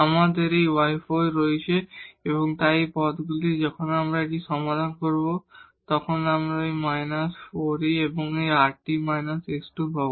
আমাদের এই y4 আছে তাই এই টার্মগুলি যখন আমরা এটি সমাধান করব তখন আমরা এই −4e এবং এই rt − s2 পাব